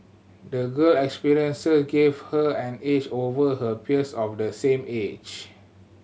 the girl experiences gave her an edge over her peers of the same age